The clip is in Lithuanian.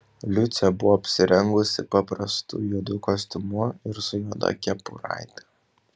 liucė buvo apsirengusi paprastu juodu kostiumu ir su juoda kepuraite